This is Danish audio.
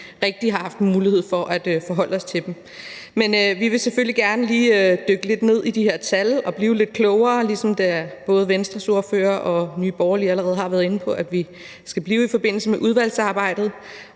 rigtig har haft mulighed for at forholde os til dem. Men vi vil selvfølgelig gerne lige dykke lidt ned i de her tal og blive lidt klogere, ligesom både Venstres ordfører og Nye Borgerliges ordfører allerede har været inde på at vi skal blive i forbindelse med udvalgsarbejdet.